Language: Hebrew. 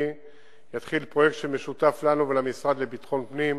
יתחיל פרויקט שמשותף לנו ולמשרד לביטחון פנים,